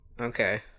Okay